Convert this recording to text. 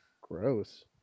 Gross